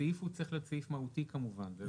הסעיף צריך להיות סעיף מהותי כמובן.